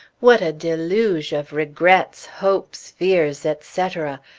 what a deluge of regrets, hopes, fears, etc.